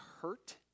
hurt